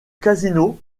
casino